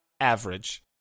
average